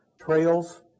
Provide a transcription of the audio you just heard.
trails